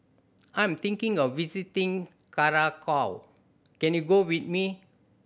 I am thinking of visiting Curacao can you go with me